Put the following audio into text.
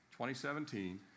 2017